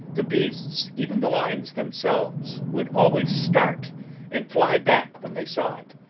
the beasts, even the lions themselves, would always start and fly back when they saw it,